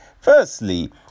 Firstly